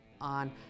on